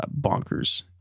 bonkers